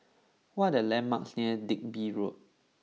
what are the landmarks near Digby Road